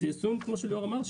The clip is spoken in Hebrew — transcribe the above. כמו שליאור אמר,